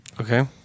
Okay